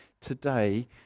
today